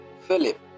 Philip